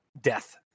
death